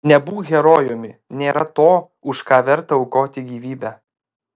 nebūk herojumi nėra to už ką verta aukoti gyvybę